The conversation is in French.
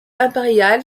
impériale